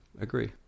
agree